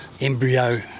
embryo